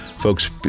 Folks